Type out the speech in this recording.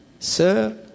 Sir